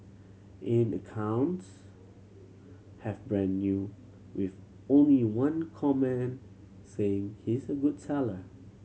in accounts have brand new with only one comment saying he's a good seller